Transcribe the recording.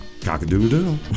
cock-a-doodle-doo